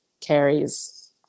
Carrie's